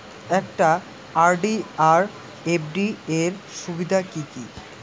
একটা আর.ডি আর এফ.ডি এর সুবিধা কি কি?